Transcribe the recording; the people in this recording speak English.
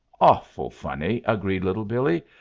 awful funny, agreed little billee.